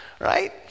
right